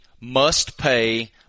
must-pay